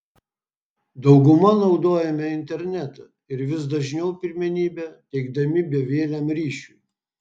dauguma naudojame internetą ir vis dažniau pirmenybę teikdami bevieliam ryšiui